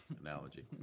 analogy